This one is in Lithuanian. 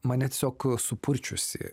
mane tiesiog supurčiusį